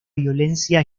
violencia